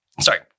sorry